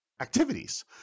activities